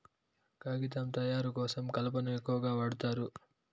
కాగితం తయారు కోసం కలపను ఎక్కువగా వాడుతారు